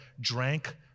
drank